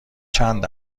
چند